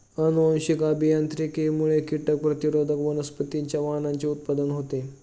अनुवांशिक अभियांत्रिकीमुळे कीटक प्रतिरोधक वनस्पतींच्या वाणांचे उत्पादन होते